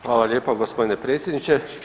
Hvala lijepa, g. predsjedniče.